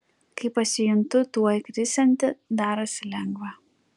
kai pasijuntu tuoj krisianti darosi lengva